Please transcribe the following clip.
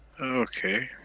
Okay